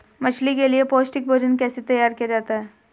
मछली के लिए पौष्टिक भोजन कैसे तैयार किया जाता है?